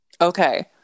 Okay